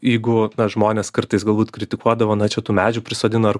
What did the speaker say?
jeigu žmonės kartais galbūt kritikuodavo na čia tų medžių prisodino ar